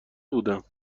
بودم